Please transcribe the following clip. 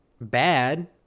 bad